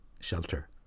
shelter